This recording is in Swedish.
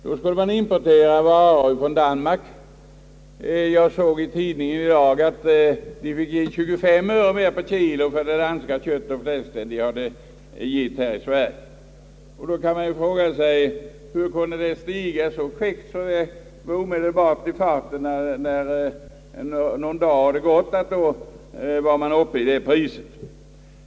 Då skulle man importera varor från Danmark. Jag såg i tidningen i dag att vi fick ge 25 öre mera per kilo än förut för det danska köttet och fläsket. Då frågar man sig: Hur kunde priset stiga så kvickt bara på någon dag?